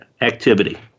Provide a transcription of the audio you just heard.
activity